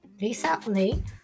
Recently